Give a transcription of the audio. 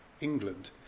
England